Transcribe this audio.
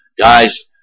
guys